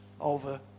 over